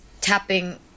tapping